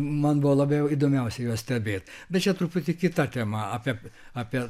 man buvo labiau įdomiausia juos stebėt bet čia truputį kita tema apie apie